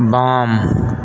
बाम